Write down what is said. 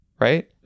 Right